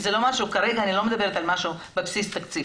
אני לא מדברת כרגע על משהו שהוא בבסיס התקציב,